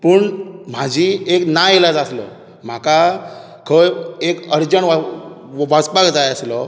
पूण म्हजी एक नाइलाज आसलो म्हाका खंय एक अर्जंट वचपाक जाय आसलो